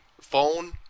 phone